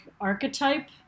archetype